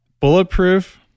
Bulletproof